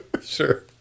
Sure